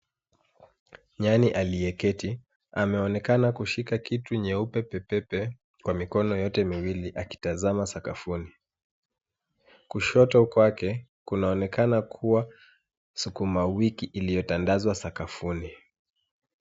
Nyani aliyeketi, ameonekana kushika kitu nyeupe pepe, kwa mikono yote miwili akitazama sakafuni. Kushoto kwake, kunaonekana kuwa, sukumawiki iliyotandazwa sakafuni.